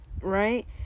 right